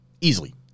easily